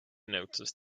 noticed